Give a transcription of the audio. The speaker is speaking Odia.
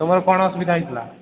ତୁମର କ'ଣ ଅସୁବିଧା ହୋଇଥିଲା